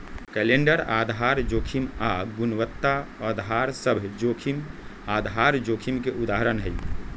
calendar आधार जोखिम आऽ गुणवत्ता अधार सभ जोखिम आधार जोखिम के उदाहरण हइ